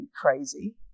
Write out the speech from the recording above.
crazy